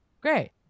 great